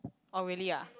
oh really ah